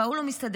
וההוא לא מסתדר.